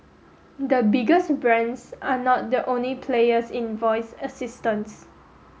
the biggest brands are not the only players in voice assistants